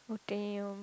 oh damn